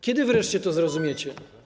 Kiedy wreszcie to zrozumiecie?